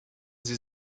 sie